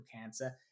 cancer